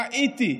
ראיתי.